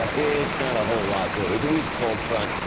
it's not a whole lot cooler is a weak cold front.